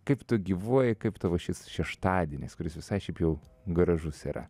kaip tu gyvuoji kaip tavo šis šeštadienis kuris visai šiaip jau gražus yra